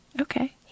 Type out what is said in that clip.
okay